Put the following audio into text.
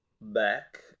back